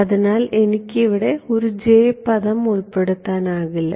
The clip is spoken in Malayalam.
അതിനാൽ എനിക്ക് ഇവിടെ ഒരു J പദം ഉൾപ്പെടുത്താൻ കഴിയില്ല